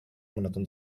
menonton